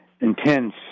intense